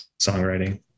songwriting